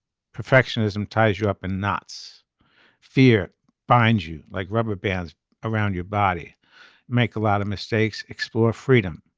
perfectionism ties you up in knots fear binds you like rubber bands around your body make a lot of mistakes explore freedom